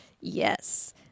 Yes